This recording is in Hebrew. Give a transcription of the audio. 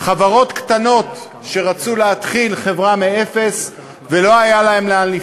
זה היה לתמרץ ולעודד